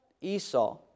Esau